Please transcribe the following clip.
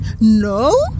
No